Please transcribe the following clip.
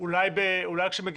אולי אפשר לקבוע נציגות מסוימת.